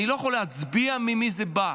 אני לא יכול להצביע ממי זה בא,